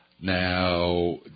Now